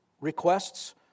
requests